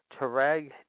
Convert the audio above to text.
Tareg